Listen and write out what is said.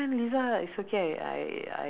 so everytime he's late